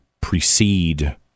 precede